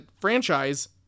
franchise